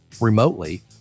remotely